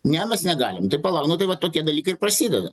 ne mes negalim tai palauk nu tai va tokie dalykai ir prasideda